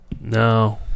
no